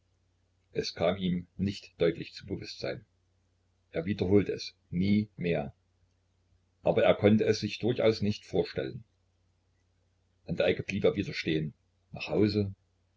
es kam ihm nicht deutlich zum bewußtsein er wiederholte es nie mehr aber er konnte es sich durchaus nicht vorstellen an der ecke blieb er wieder stehen nach hause